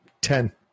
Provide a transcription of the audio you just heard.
Ten